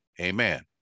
Amen